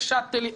יש שאטלים,